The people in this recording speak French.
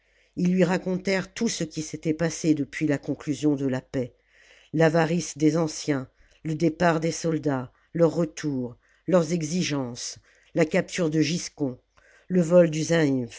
ils lui racontèrent tout ce qui s'était passé depuis la conclusion de la paix l'avarice des anciens le départ des soldats leur retour leurs exigences la capture de giscon le vol du